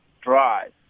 drive